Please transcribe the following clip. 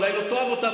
אולי לא תאהב אותה,